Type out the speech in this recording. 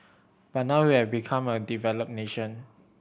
but now we have become a developed nation